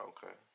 Okay